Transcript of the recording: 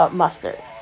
mustard